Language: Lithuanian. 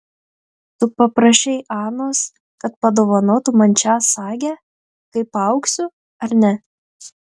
tu paprašei anos kad padovanotų man šią sagę kai paaugsiu ar ne